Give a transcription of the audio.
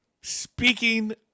speaking